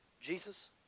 Jesus